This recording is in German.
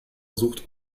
sucht